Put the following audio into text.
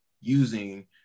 using